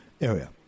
area